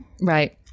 Right